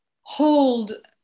hold